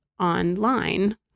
online